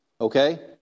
Okay